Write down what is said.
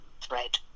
thread